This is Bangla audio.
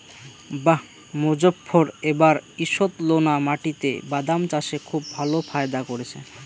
বাঃ মোজফ্ফর এবার ঈষৎলোনা মাটিতে বাদাম চাষে খুব ভালো ফায়দা করেছে